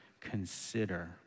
consider